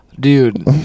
Dude